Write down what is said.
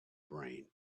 brain